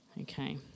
Okay